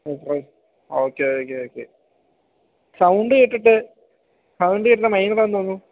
okay okay okay okay okay sound കേട്ടിട്ട് sound കേട്ടിട്ട് മൈനറാണെന്ന് തോന്നുന്നു